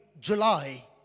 July